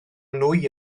nwy